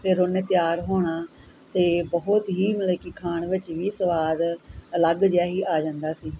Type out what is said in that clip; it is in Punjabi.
ਫਿਰ ਉਹਨੇ ਤਿਆਰ ਹੋਣਾ ਅਤੇ ਬਹੁਤ ਹੀ ਮਤਲਬ ਕਿ ਖਾਣ ਵਿੱਚ ਵੀ ਸਵਾਦ ਅਲੱਗ ਜਿਹਾ ਹੀ ਆ ਜਾਂਦਾ ਸੀ